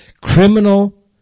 criminal